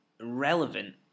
relevant